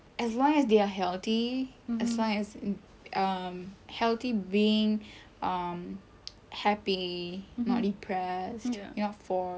as long as they are healthy as long as um healthy being um happily not depressed not forced